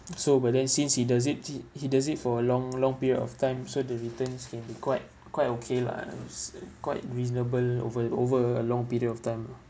so but then since he does it he he does it for a long long period of time so the returns can be quite quite okay lah quite reasonable over over a long period of time lah